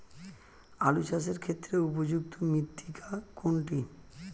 আলু চাষের ক্ষেত্রে উপযুক্ত মৃত্তিকা কোনটি?